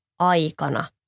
aikana